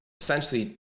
essentially